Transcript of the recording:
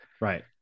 Right